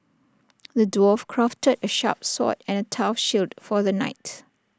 the dwarf crafted A sharp sword and A tough shield for the knight